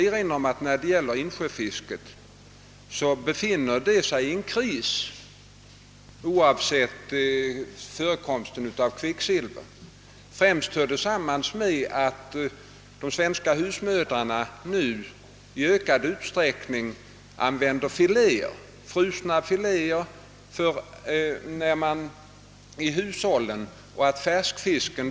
Men jag vill erinra om att insjöfisket befinner sig i en kris även om jag bortser från förekomsten av kvicksilver. Detta hör främst samman med att våra husmödrar nu i ökad utsträckning använder djupfrysta fiskfiléer i hushållen.